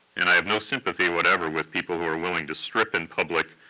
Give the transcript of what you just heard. and i have no sympathy whatever with people who are willing to strip in public,